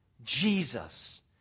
Jesus